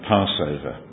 Passover